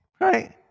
Right